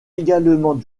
également